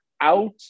out